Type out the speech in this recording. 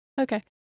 Okay